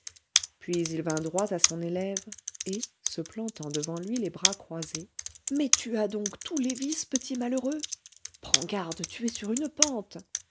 puis il vint droit à son élève et se plantant devant lui les bras croisés mais tu as donc tous les vices petit malheureux prends garde tu es sur une pente